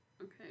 Okay